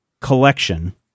collection